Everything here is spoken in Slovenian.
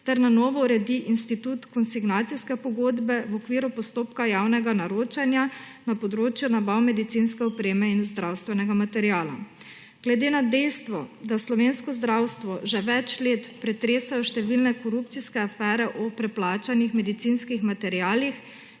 ter na novo uredi institut konsignacijske pogodbe v okviru postopka javnega naročanja na področju nabav medicinske opreme in zdravstvenega materiala. Glede na dejstvo, da slovensko zdravstvo že več let pretresajo številne korupcijske afere o preplačanih medicinskih materialih,